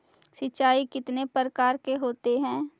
सिंचाई कितने प्रकार के होते हैं?